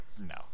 No